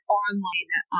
online